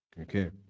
Okay